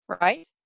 Right